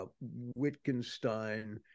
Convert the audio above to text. Wittgenstein